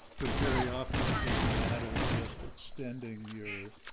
but very often if it's a matter of just extending your,